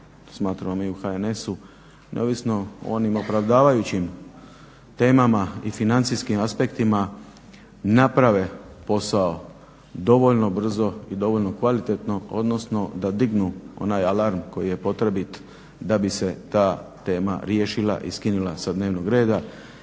smatramo mi u HNS-u, neovisno o onim opravdavajućim temama i financijskim aspektima naprave posao dovoljno brzo i dovoljno kvalitetno, odnosno da dignu onaj alarm koji je potrebit da bi se ta tema riješila i skinula sa dnevnog reda.